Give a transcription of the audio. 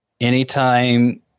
anytime